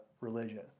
religion